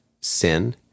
sin